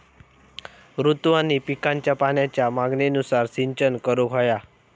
ऋतू आणि पिकांच्या पाण्याच्या मागणीनुसार सिंचन करूक व्हया